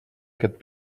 aquest